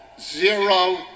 Zero